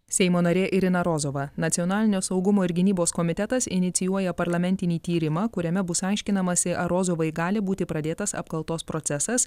seimo narė irina rozova nacionalinio saugumo ir gynybos komitetas inicijuoja parlamentinį tyrimą kuriame bus aiškinamasi ar rozovai gali būti pradėtas apkaltos procesas